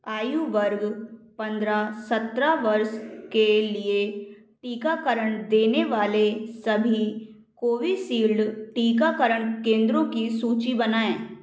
आयु वर्ग पंद्रह सत्रह वर्ष के लिए टीकाकरण देने वाले सभी कोविशील्ड टीकाकरण केंद्रों की सूची बनाएँ